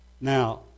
Now